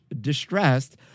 distressed